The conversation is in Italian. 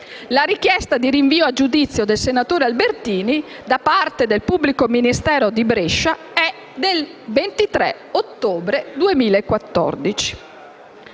La richiesta di rinvio a giudizio del senatore Albertini da parte del pubblico ministero di Brescia è del 23 ottobre 2014.